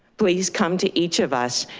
please come to each of us,